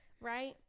Right